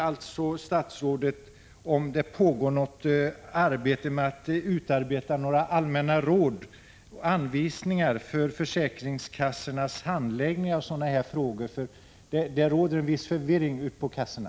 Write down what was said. Vet statsrådet om det pågår något arbete med allmänna råd och anvisningar för försäkringskassornas handläggning av sådana här frågor? Det råder en viss förvirring ute i kassorna.